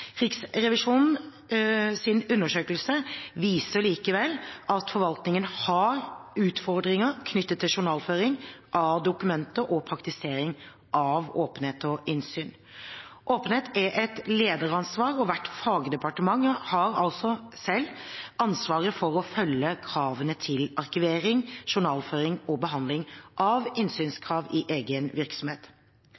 undersøkelse viser likevel at forvaltningen har utfordringer knyttet til journalføring av dokumenter og praktisering av åpenhet og innsyn. Åpenhet er et lederansvar, og hvert fagdepartement har selv ansvaret for å følge kravene til arkivering, journalføring og behandling av